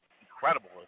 incredible